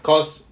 cause